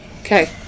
Okay